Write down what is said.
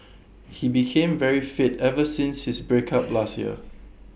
he became very fit ever since his breakup last year